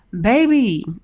baby